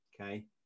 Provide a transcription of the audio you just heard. Okay